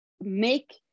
make